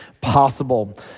possible